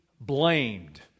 blamed